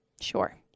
Sure